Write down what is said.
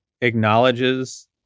acknowledges